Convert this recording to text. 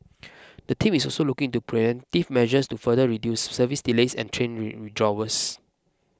the team is also looking into preventive measures to further reduce service delays and train rain withdrawals